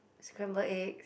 scramble eggs